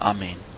Amen